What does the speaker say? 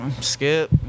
Skip